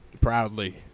Proudly